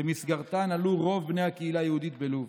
ובמסגרתן עלו רוב בני הקהילה היהודית בלוב.